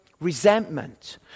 resentment